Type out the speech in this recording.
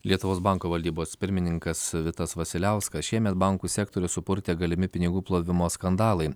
lietuvos banko valdybos pirmininkas vitas vasiliauskas šiemet bankų sektorių supurtė galimi pinigų plovimo skandalai